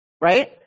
Right